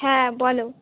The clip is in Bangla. হ্যাঁ বলো